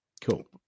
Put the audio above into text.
Cool